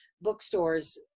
Bookstores